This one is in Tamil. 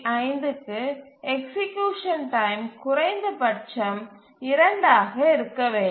5 க்கு எக்சீக்யூசன் டைம் குறைந்தபட்சம் 2 ஆக இருக்க வேண்டும்